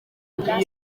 bwa